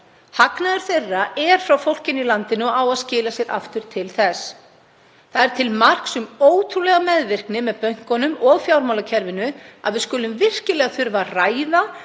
Hagnaður þeirra er frá fólkinu í landinu og á að skila sér aftur til þess. Það er til marks um ótrúlega meðvirkni með bönkunum og fjármálakerfinu að við skulum virkilega þurfa að ræða